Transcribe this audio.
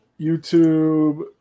YouTube